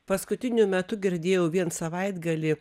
paskutiniu metu girdėjau vien savaitgalį